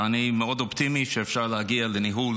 ואני אופטימי מאוד שאפשר להגיע לניהול